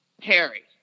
Harry